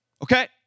Okay